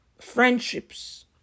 Friendships